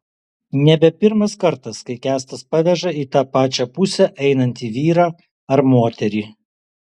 nebe pirmas kartas kai kęstas paveža į tą pačią pusę einantį vyrą ar moterį